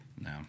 No